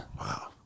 wow